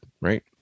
right